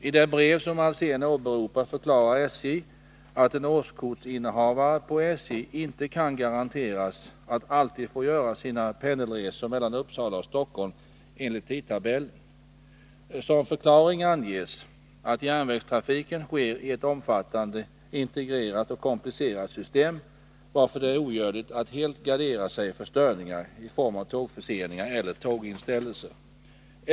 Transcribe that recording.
I det brev som Hans Alsén åberopar förklarar SJ att en årskortsinnehavare på SJ inte kan garanteras att alltid få göra sina pendelresor mellan Uppsala och Stockholm enligt tidtabellen. Som förklaring anges att järnvägstrafiken sker i ett omfattande, integrerat och komplicerat system, varför det är ogörligt att helt gardera sig för störningar i form av tågförseningar eller tåginställelser.